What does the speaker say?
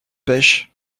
pêche